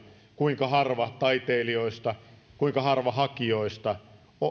kuinka harva taiteilijoista kuinka harva hakijoista